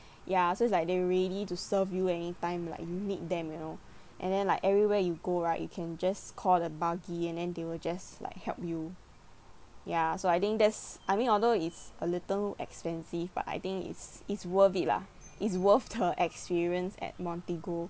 ya so it's like they're ready to serve you anytime like you need them you know and then like everywhere you go right you can just call the buggy and then they will just like help you ya so I think that's I mean although it's a little expensive but I think it's it's worth it lah it's worth the experience at Montigo